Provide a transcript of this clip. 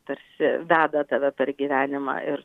tarsi veda tave per gyvenimą ir